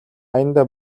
аяндаа